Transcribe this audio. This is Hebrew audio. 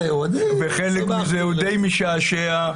וחלק מזה הוא די משעשע.